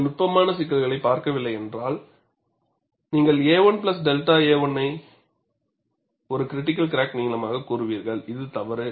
நீங்கள் நுட்பமான சிக்கல்களைப் பார்க்கவில்லை என்றால் நீங்கள் a1 𝛅a1 வை ஒரு கிரிடிக்கல் கிராக் நீளமாகக் கூறுவீர்கள் இது தவறு